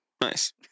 Nice